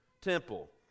temple